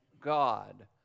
god